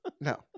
no